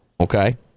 Okay